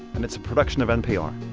and it's a production of npr